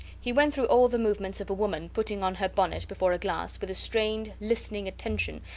he went through all the movements of a woman putting on her bonnet before a glass, with a strained, listening attention,